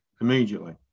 immediately